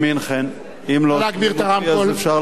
אם לא שומעים אותי אפשר להגביר את הרמקולים.